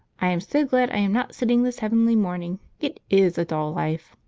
i am so glad i am not sitting this heavenly morning it is a dull life.